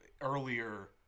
earlier